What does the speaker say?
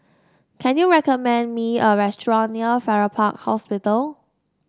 can you recommend me a restaurant near Farrer Park Hospital